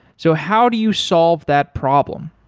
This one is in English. so how do you solve that problem?